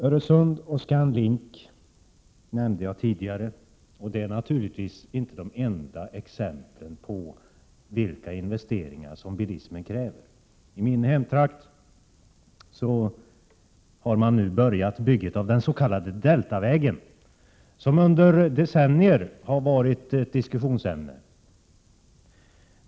Öresundsbron och ScanLink nämnde jag tidigare. De är naturligtvis inte de enda exemplen på vilka investeringar bilismen kräver. I min hemtrakt har man nu börjat bygget av den s.k. Deltavägen, som under decennier har varit ett diskussionsämne.